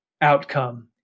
outcome